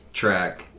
track